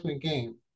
game